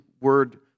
word